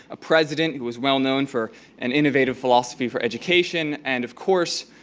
a president who was well-known for an innovative philosophy for education, and of course,